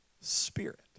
spirit